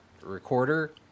recorder